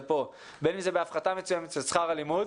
פה בין אם זה בהפחתה מסוימת של שכר הלימוד